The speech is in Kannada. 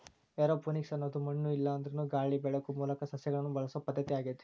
ಏರೋಪೋನಿಕ್ಸ ಅನ್ನೋದು ಮಣ್ಣು ಇಲ್ಲಾಂದ್ರನು ಗಾಳಿ ಬೆಳಕು ಮೂಲಕ ಸಸಿಗಳನ್ನ ಬೆಳಿಸೋ ಪದ್ಧತಿ ಆಗೇತಿ